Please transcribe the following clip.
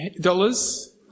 dollars